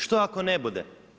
Što ako ne bude?